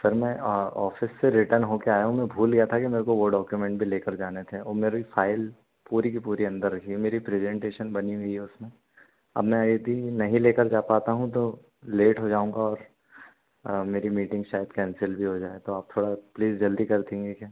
पर मैं ऑफिस से रिटर्न हो कर आया हूँ मैं भूल गया था कि मेरे को वो डॉक्यूमेंट भी ले कर जाने थे और मेरी फ़ाइल पूरी की पूरी अंदर रखिए मेरी प्रेजेंटेशन बनी हुई है उस में अब मैं अभी नहीं ले कर जा पाता हूँ तो लेट हो जाऊँगा और मेरी मीटिंग शायद कैंसिल भी हो जाए तो आप थोड़ा प्लीज़ जल्दी कर देंगे क्या